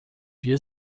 wir